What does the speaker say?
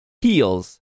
heels